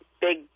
big